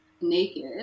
naked